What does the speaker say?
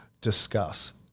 discuss